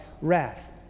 wrath